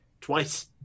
Twice